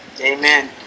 amen